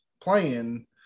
playing